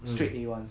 straight A ones